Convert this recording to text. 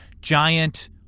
giant